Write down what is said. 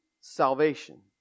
salvation